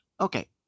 okay